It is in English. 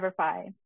EverFi